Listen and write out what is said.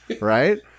right